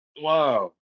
Wow